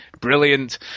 Brilliant